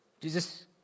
Jesus